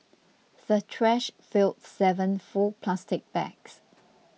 the trash filled seven full plastic bags